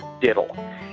diddle